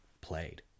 played